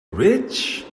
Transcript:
rich